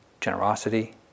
generosity